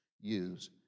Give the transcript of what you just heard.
use